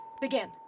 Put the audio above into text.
Begin